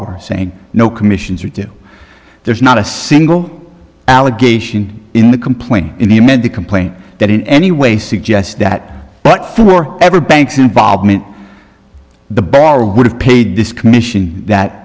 bar saying no commissions or do there's not a single allegation in the complaint in the amended complaint that in any way suggest that but for every bank's involvement the bar would have paid this commission that